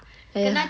!aiya!